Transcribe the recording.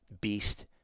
beast